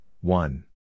one